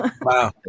Wow